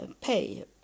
pay